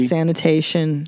Sanitation